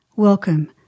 Welcome